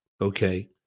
okay